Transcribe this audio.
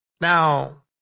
Now